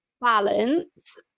balance